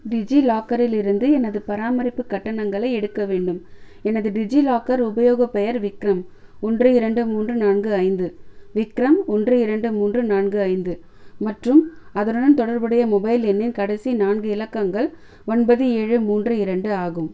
டிஜிலாக்கரில் இருந்து எனது பராமரிப்பு கட்டணங்களை எடுக்க வேண்டும் எனது டிஜிலாக்கர் உபயோகப் பெயர் விக்ரம் ஒன்று இரண்டு மூன்று நான்கு ஐந்து விக்ரம் ஒன்று இரண்டு மூன்று நான்கு ஐந்து மற்றும் அதனுடன் தொடர்புடைய மொபைல் எண்ணின் கடைசி நான்கு இலக்கங்கள் ஒன்பது ஏழு மூன்று இரண்டு ஆகும்